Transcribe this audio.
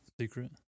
Secret